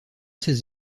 ces